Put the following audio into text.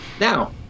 Now